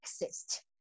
exist